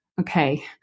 okay